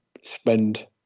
spend